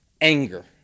anger